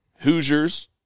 Hoosiers